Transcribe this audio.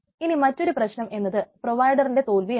ഇനി മറ്റൊരു പ്രശ്നം എന്നത് പ്രൊവയിഡറിന്റെ തോൽവിയാണ്